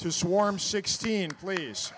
to swarm sixteen please